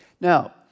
Now